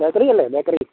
ബേക്കറിയല്ലേ bakery